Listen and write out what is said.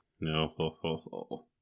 No